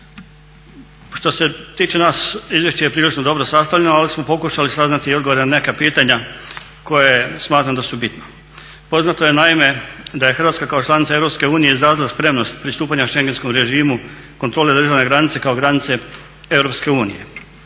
Što se tiče nas izvješće je prilično dobro sastavljeno ali smo pokušali saznati i odgovore na neka pitanja koja smatramo da su bitna. Poznato je naime da je Hrvatska kao članica EU izrazila spremnost pristupanja Šengenskom režimu kontrole državne granice kao granice EU.